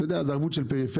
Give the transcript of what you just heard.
אתה יודע, זו ערבות של פריפריה.